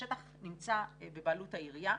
השטח נמצא בבעלות העירייה.